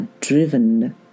driven